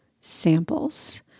samples